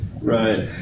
Right